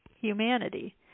humanity